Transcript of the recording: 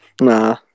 Nah